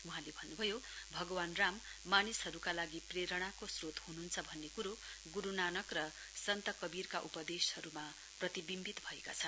वहाँले भन्नभयो भगवान् राम मानिसहरूका लागी प्रेरणाको स्रोत हनुहन्छ भन्ने कुरो गुरू नानक र सन्त कबीरका उपदेशहरूमा प्रतिबिम्बित भएका छन्